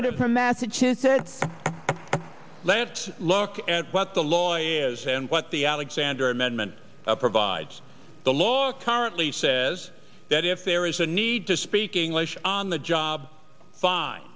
senator from massachusetts let's look at what the law is and what the alexander amendment provides the law tartly says that if there is a need to speak english on the job fine